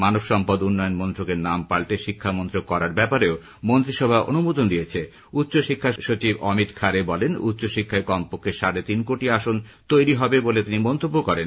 মানবসম্পদ উন্নয়ন মন্ত্রকের নাম পাল্টে শিক্ষা মন্ত্রক করার ব্যাপারেও মন্ত্রিসভা অনুমোদন দিয়েছে উচ্চ শিক্ষা সচিব অমিত খারে বলেছেন উচ্চ শিক্ষায় কমপক্ষে সাড়ে তিন কোটি আসন তৈরি হবে বলে তিনি মন্তব্য করেন